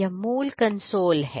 यह मूल कंसोल है